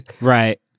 Right